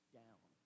down